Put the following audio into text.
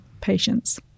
patients